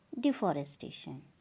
deforestation